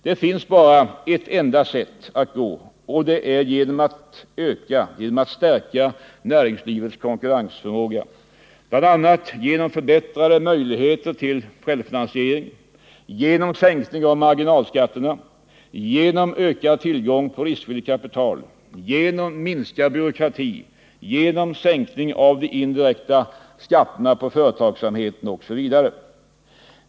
Det finns bara en väg att gå och det är att stärka näringslivets konkurrensförmåga bl.a. genom förbättrade möjligheter till självfinansiering, genom sänkning av marginalskatter, genom ökad tillgång på riskvilligt kapital, genom minskad byråkrati, genom sänkning av de indirekta skatterna på företagsamheten OSV.